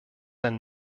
ein